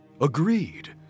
Agreed